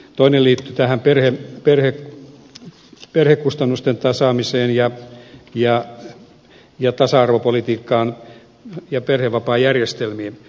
toinen liittyi tähän perhekustannusten tasaamiseen ja tasa arvopolitiikkaan ja perhevapaajärjestelmiin